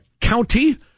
County